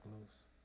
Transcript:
loose